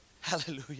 hallelujah